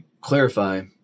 clarify